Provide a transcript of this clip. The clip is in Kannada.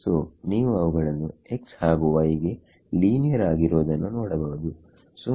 ಸೋನೀವು ಅವುಗಳನ್ನು x ಹಾಗು y ಗೆ ಲೀನಿಯರ್ ಆಗಿರುವುದನ್ನು ನೋಡಬಹುದು